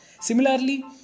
Similarly